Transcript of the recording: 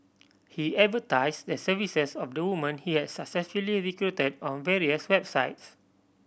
he advertise the services of the woman he had successfully recruited on various websites